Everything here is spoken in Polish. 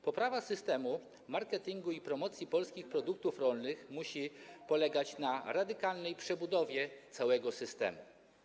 Poprawa systemu marketingu i promocji polskich produktów rolnych musi polegać na radykalnej przebudowie całego systemu.